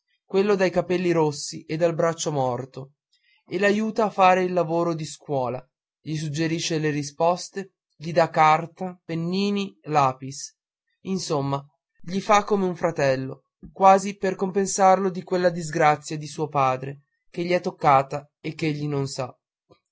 quello dei capelli rossi e del braccio morto e l'aiuta a fare il lavoro in iscuola gli suggerisce le risposte gli dà carta pennini lapis insomma gli fa come a un fratello quasi per compensarlo di quella disgrazia di suo padre che gli è toccata e ch'egli non sa